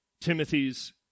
Timothy's